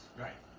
right